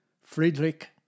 Friedrich